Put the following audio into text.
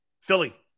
Philly